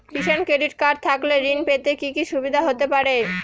কিষান credit card থাকলে ঋণ পেতে কি কি সুবিধা হতে পারে?